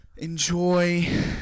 enjoy